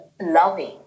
loving